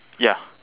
ya